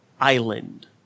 island